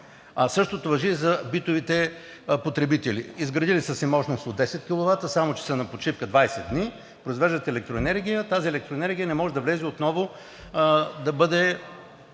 Същото важи за битовите потребители. Изградили са си мощност от 10 киловата, само че са на почивка 20 дни, произвеждат електроенергия, тази електроенергия не може да влезе отново да бъде